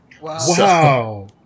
Wow